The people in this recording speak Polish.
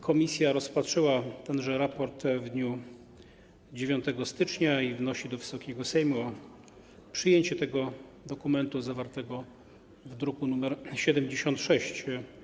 Komisja rozpatrzyła tenże raport w dniu 9 stycznia i wnosi do Wysokiego Sejmu o przyjęcie tego dokumentu zawartego w druku nr 76.